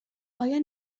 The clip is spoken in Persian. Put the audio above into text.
آیا